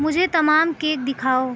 مجھے تمام کیک دکھاؤ